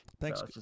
Thanks